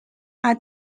are